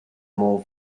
more